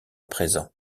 présent